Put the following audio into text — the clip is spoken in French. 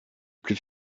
plus